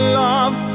love